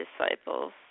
disciples